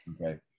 Okay